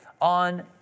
on